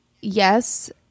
Yes